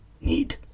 need